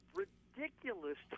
ridiculous